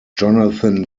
jonathan